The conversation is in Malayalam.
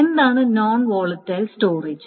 എന്താണ് നോൺ വോളടൈൽ സ്റ്റോറേജ്